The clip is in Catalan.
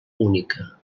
única